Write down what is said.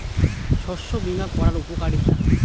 শস্য বিমা করার উপকারীতা?